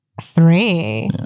Three